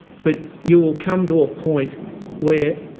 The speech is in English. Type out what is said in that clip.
but you will come to a point where,